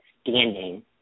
standing